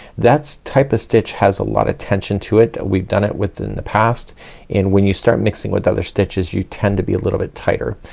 that's type of stitch has a lot of tension to it. we've done it with in the past and when you start mixing with other stitches you tend to be a little bit tighter.